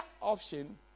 option